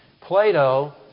Plato